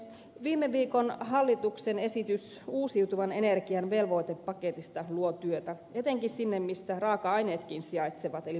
viime viikon hallituksen esitys uusiutuvan energian velvoitepaketista luo työtä etenkin sinne missä raaka aineetkin sijaitsevat eli maaseudulle